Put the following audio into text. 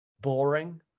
boring